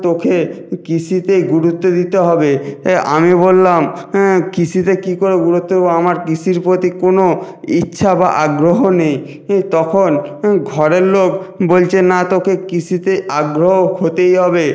তোকে কৃষিতেই গুরুত্ব দিতে হবে এ আমি বললাম হ্যাঁ কৃষিতে কী করে গুরুত্ব দেবো আমার কৃষির প্রতি কোনো ইচ্ছা বা আগ্রহ নেই ই তখন ঘরের লোক বলছে না তোকে কৃষিতে আগ্রহ হতেই হবে